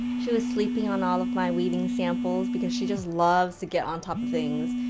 she was sleeping on all of my weaving samples, because she just loves to get on top of things,